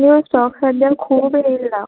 नीव stock सद्द्याक खूब येयला